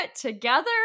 together